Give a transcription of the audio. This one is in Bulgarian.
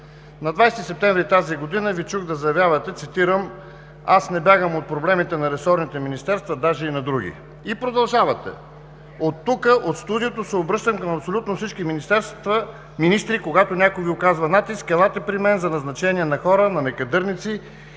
На 20 септември тази година Ви чух да заявявате: „Аз не бягам от проблемите на ресорните министерства, даже и на други“. И продължавате: „От тук, от студиото, се обръщам към абсолютно всички министерства, министри, когато някой Ви оказва натиск, елате при мен за назначение на хора, на некадърници